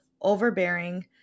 overbearing